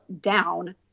down